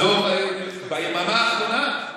ביממה האחרונה?